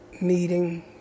meeting